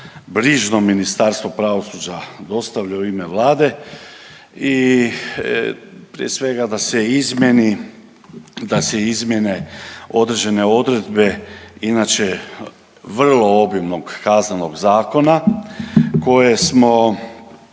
brižno Ministarstvo pravosuđa dostavlja u ime Vlade prije svega da se izmijeni, da se izmijene određene odredbe inače vrlo obimnog Kaznenog zakona koje smo